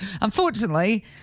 Unfortunately